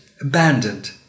abandoned